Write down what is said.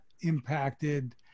impacted